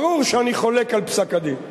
ברור שאני חולק על פסק-הדין.